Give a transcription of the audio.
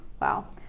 Wow